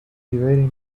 evading